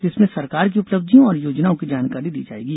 जिसमें सरकार की उपलब्धियों और योजनाओं की जानकारी दी जायेगी